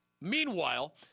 Meanwhile